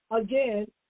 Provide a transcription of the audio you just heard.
again